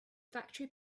factory